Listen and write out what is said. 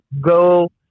Go